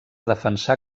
defensar